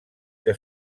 que